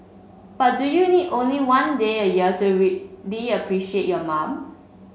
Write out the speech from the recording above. but do you need only one day a year to really appreciate your mom